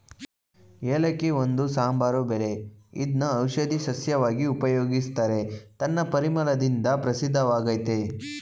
ಏಲಕ್ಕಿ ಒಂದು ಸಾಂಬಾರು ಬೆಳೆ ಇದ್ನ ಔಷಧೀ ಸಸ್ಯವಾಗಿ ಉಪಯೋಗಿಸ್ತಾರೆ ತನ್ನ ಪರಿಮಳದಿಂದ ಪ್ರಸಿದ್ಧವಾಗಯ್ತೆ